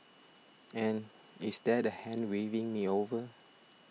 and is that a hand waving me over